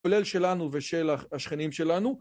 כולל שלנו ושל השכנים שלנו.